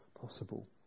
possible